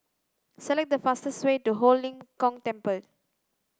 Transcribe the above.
select the fastest way to Ho Lim Kong Temple